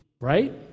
right